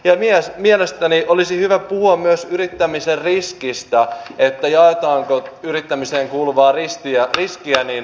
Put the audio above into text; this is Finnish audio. ja mielestäni olisi hyvä puhua myös yrittämisen riskistä että jaetaanko yrittämiseen kuuluvaa riskiä nollatuntisopimuslaisiin